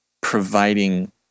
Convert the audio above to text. providing